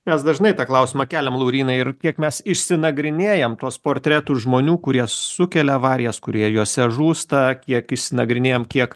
mes dažnai tą klausimą keliam laurynai ir kiek mes išsinagrinėjam tuos portretus žmonių kurie sukelia avarijas kurie juose žūsta kiek išsinagrinėjam kiek